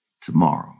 tomorrow